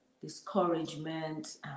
discouragement